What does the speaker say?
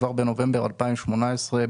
כבר בנובמבר 2018,